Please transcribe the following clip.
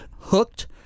hooked